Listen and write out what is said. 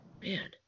Man